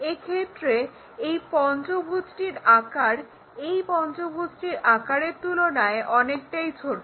এক্ষেত্রে এই পঞ্চভুজটির আকার এই পঞ্চভুজটির আকারের তুলনায় অনেকটাই ছোট